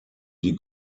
die